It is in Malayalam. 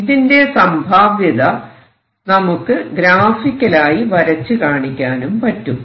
ഇതിന്റെ സംഭാവ്യത നമുക്ക് ഗ്രാഫിക്കൽ ആയി വരച്ചുകാണിക്കാനും പറ്റും